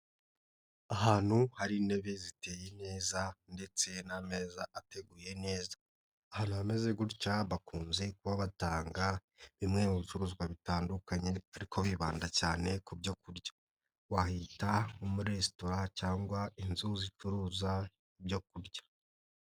Ahantu hari intebe ziteye neza ndetse n'ameza ateguye neza. Ahantu hameze gutya bakunze kuba batanga bimwe mu bicuruzwa bitandukanye ariko bibanda cyane ku byo kurya. wahita nko muri resitatora cyangwa inzu zicuruza ibyo kurya.